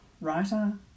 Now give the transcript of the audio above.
writer